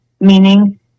meaning